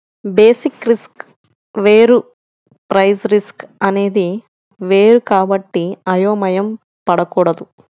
basis risk వేరు price risk అనేది వేరు కాబట్టి అయోమయం పడకూడదు